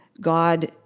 God